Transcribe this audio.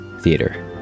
Theater